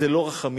זה לא רחמים.